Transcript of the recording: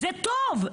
זה טוב.